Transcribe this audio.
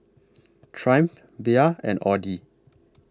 Triumph Bia and Audi